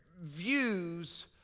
views